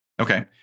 Okay